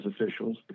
officials